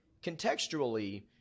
contextually